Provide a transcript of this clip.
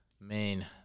main